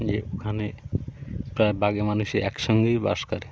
যে ওখানে প্রায় বাঘে মানুষে একসঙ্গেই বাস করে